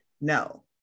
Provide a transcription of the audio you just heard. no